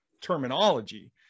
terminology